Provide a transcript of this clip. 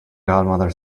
godmother